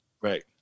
Right